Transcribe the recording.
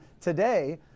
today